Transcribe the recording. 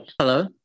Hello